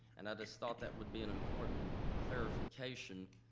and i just thought that would be an important clarification.